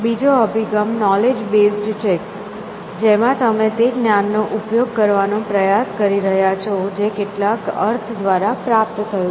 બીજો અભિગમ knowledge based છે જેમાં તમે તે જ્ઞાન નો ઉપયોગ કરવાનો પ્રયાસ કરી રહ્યાં છો જે કેટલાક અર્થ દ્વારા પ્રાપ્ત થયું છે